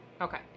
Okay